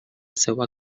seua